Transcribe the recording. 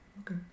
Okay